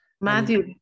Matthew